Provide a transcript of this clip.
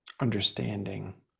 understanding